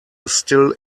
still